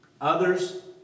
Others